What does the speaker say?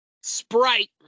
Sprite